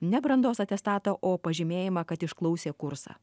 ne brandos atestatą o pažymėjimą kad išklausė kursą